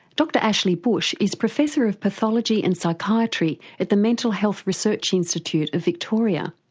dr ashley bush is professor of pathology and psychiatry at the mental health research institute of victoria.